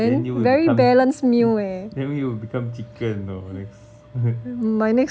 then you will become then you will become chicken you know next